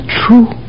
true